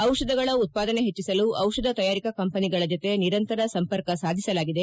ದಿಷಧಗಳ ಉತ್ತಾದನೆ ಹೆಚ್ಚಿಸಲು ಜಿಷಧ ತಯಾರಿಕಾ ಕಂಪನಿಗಳ ಜತೆ ನಿರಂತರ ಸಂಪರ್ಕ ಸಾಧಿಸಲಾಗಿದೆ